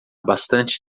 bastante